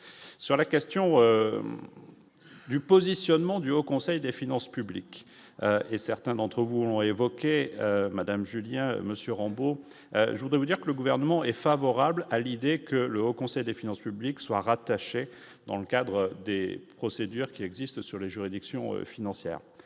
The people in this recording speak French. sur la question du positionnement du Haut Conseil des finances publiques et certains d'entre vous ont évoqué Madame Julien Monsieur Rambo, je voudrais vous dire que le gouvernement est favorable à l'idée que le Haut Conseil des finances publiques soient rattachés dans le cadre des procédures qui existent sur les juridictions financières,